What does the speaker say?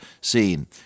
seen